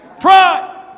Pride